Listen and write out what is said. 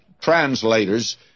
translators